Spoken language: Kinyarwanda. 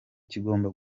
kigomba